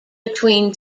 between